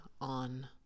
on